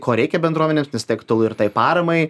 ko reikia bendruomenėms nes tai aktualu ir tai paramai